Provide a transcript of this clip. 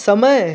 समय